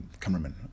cameraman